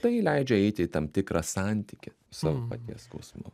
tai leidžia eiti į tam tikrą santykį savo paties skausmo